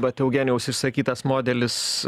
vat eugenijaus išsakytas modelis